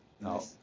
No